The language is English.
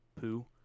poo